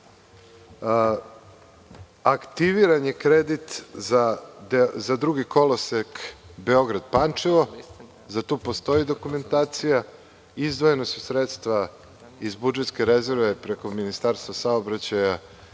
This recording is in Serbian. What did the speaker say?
Aktiviran je kredit za drugi kolosek Beograd-Pančevo. Za to postoji dokumentacija. Izdvojena su sredstva iz budžetske rezerve preko Ministarstva saobraćaj,